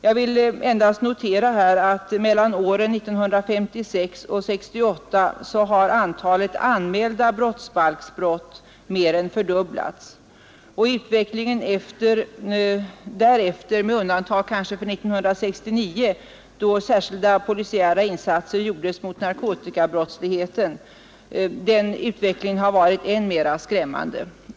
Jag noterar här att mellan åren 1956 och 1968 har antalet anmälda brottsbalksbrott mer än fördubblats, och utvecklingen därefter — möjligen med undantag för 1969, då särskilda polisiära insatser gjordes mot narkotikabrottsligheten — har varit än mera skrämmande.